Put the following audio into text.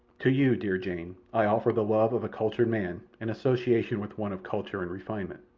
to you, dear jane, i offer the love of a cultured man and association with one of culture and refinement,